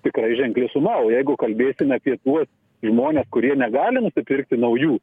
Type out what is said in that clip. tikrai ženkli suma o jeigu kalbėsime apie tuos žmones kurie negali nusipirkti naujų